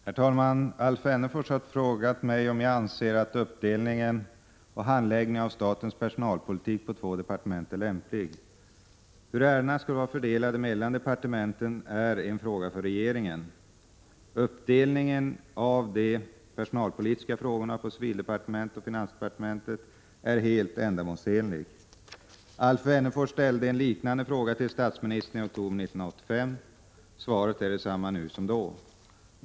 Herr talman! Alf Wennerfors har frågat mig om jag anser att uppdelningen av handläggningen av statens personalpolitik på två departement är lämplig. Hur ärendena skall vara fördelade mellan departementen är en fråga för regeringen. Uppdelningen av de personalpolitiska frågorna på civildepartementet och finansdepartementet är helt ändamålsenlig. Alf Wennerfors ställde en liknande fråga till statsministern i oktober 1985. Svaret är detsamma nu som då.